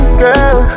girl